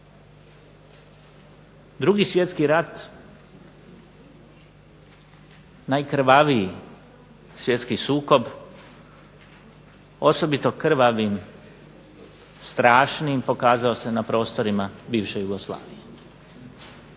Drugi svjetski rat, najkrvaviji svjetski sukob, osobito krvavim, strašnim pokazao se na prostorima bivše Jugoslavije.